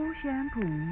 shampoo